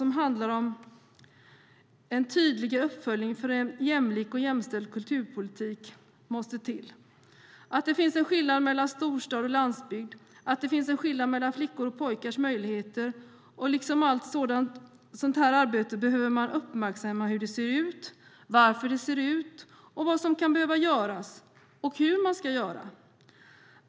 Den handlar om att en tydligare uppföljning för en jämlik och jämställd kulturpolitik måste till, att det finns en skillnad mellan storstad och landsbygd, att det finns en skillnad mellan flickors och pojkars möjligheter. Liksom i allt sådant här arbete behöver man uppmärksamma hur det ser ut, varför det ser ut som det gör, vad som kan behöva göras och hur man ska göra.